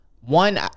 one